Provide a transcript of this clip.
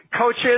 coaches